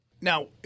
Now